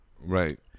right